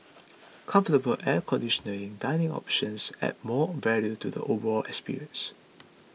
comfortable air conditioning dining options adds more value to the overall experience